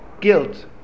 guilt